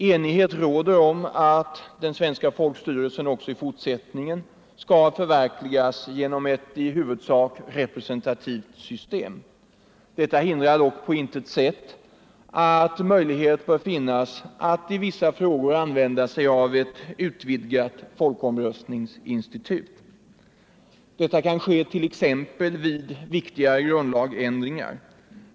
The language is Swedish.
Enighet råder om att den svenska folkstyrelsen också i fortsättningen skall förverkligas genom ett i huvudsak representativt system. Detta hindrar dock på intet sätt att möjlighet bör finnas att i vissa frågor använda sig av ett utvidgat folkomröstningsinstitut. Det kan exempelvis ske vid viktiga grundlagsändringar.